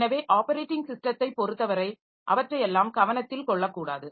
எனவே ஆப்பரேட்டிங் ஸிஸ்டத்தைப் பொறுத்தவரை அவற்றையெல்லாம் கவனத்தில் கொள்ளக்கூடாது